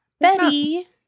Betty